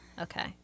okay